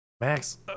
max